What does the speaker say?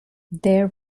there